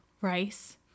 rice